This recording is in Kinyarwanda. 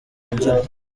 imbyino